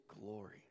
glory